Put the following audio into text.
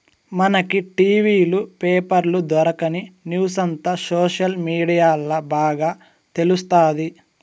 మనకి టి.వీ లు, పేపర్ల దొరకని న్యూసంతా సోషల్ మీడియాల్ల బాగా తెలుస్తాది